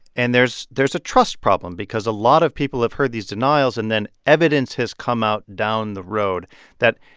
and there's there's a trust problem because a lot of people have heard these denials. and then evidence has come out down the road that,